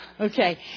Okay